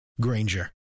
Granger